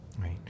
Right